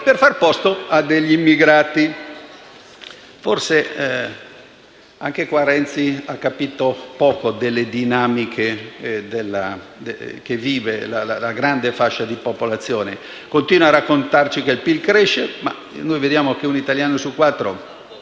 per fare posto a degli immigrati. Forse anche in questo caso Renzi ha capito poco delle dinamiche che vive una grande fascia di popolazione. Continua a raccontarci che il PIL cresce, ma noi vediamo che un italiano su quattro